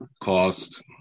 cost